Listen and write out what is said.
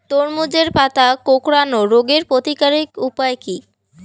তরমুজের পাতা কোঁকড়ানো রোগের প্রতিকারের উপায় কী?